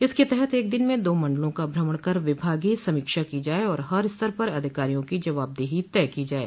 इसके तहत एक दिन में दो मंडलों का भ्रमण कर विभागीय समीक्षा की जाये और हर स्तर पर अधिकारियों की जवाबदेही तय की जाये